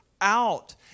out